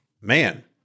Man